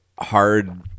hard